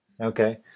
Okay